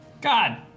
God